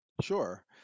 Sure